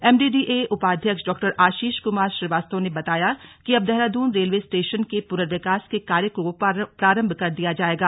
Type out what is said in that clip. MDDA उपाध्यक्ष डॉ आशीष कुमार श्रीवास्तव ने बताया कि अब देहरादून रेलवे स्टेशन के पुनर्विकास के कार्य को प्रारंभ कर दिया जाएगा